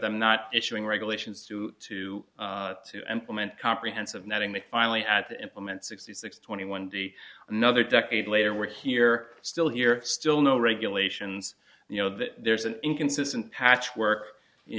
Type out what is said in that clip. them not issuing regulations to to to implement comprehensive netting they finally had to implement sixty six twenty one d another decade later we're here still here still no regulations you know that there's an inconsistent patchwork you